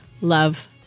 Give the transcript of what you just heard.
love